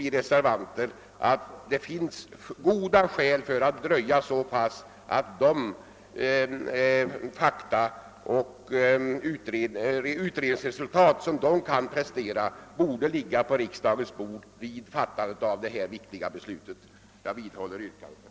Vi reservanter tycker att det finns goda skäl att dröja tills de fakta som dessa utredningar kan prestera ligger på riksdagens bord när detta viktiga beslut skall fattas. Jag vidhåller mitt yrkande.